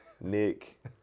Nick